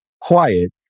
quiet